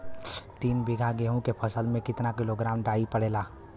तीन बिघा गेहूँ के फसल मे कितना किलोग्राम डाई पड़ेला?